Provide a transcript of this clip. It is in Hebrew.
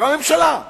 אמרה הממשלה: